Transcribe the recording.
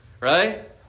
Right